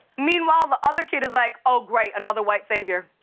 meanwhile, the other kid is like, oh, great, another white savior.